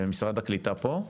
אז בואו